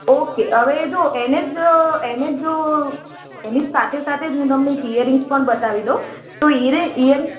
okay હવે જો એને જ એને જો એની સાથે સાથે જ હું તમને એક ઇયરિંગ્સ પણ બતાવી દઉં તો ઇય ઇયરિંગ્સ